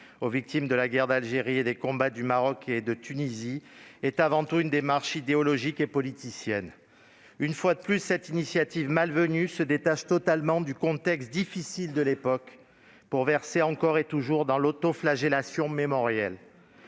aux victimes de la guerre d'Algérie et des combats du Maroc et de Tunisie, est avant tout une démarche idéologique et politicienne. Une fois de plus, cette initiative malvenue se détache totalement du contexte difficile de l'époque pour verser, encore et toujours, dans l'autoflagellation mémorielle.